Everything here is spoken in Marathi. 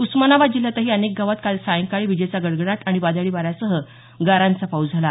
उस्मानाबाद जिल्ह्यातही अनेक गावात काल सायंकाळी विजेचा गडगडाट अणि वादळी वाऱ्यासह गारांचा पाऊस झाला